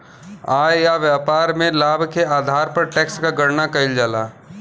आय या व्यापार में लाभ के आधार पर टैक्स क गणना कइल जाला